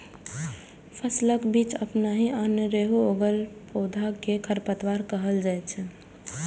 फसलक बीच अपनहि अनेरुआ उगल पौधा कें खरपतवार कहल जाइ छै